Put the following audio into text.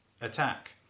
Attack